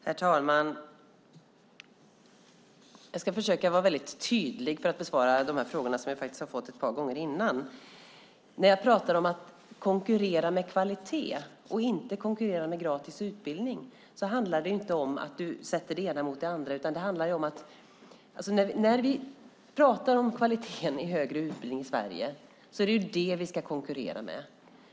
Herr talman! Jag ska försöka vara tydlig när jag besvarar dessa frågor som jag har fått ett par gånger innan. När jag talar om att konkurrera med kvalitet och inte med gratis utbildning handlar det inte om att sätta det ena mot det andra. När vi talar om kvaliteten i högre utbildning i Sverige är det den vi ska konkurrera med.